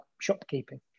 shopkeeping